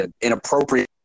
inappropriate